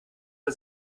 man